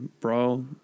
Brawl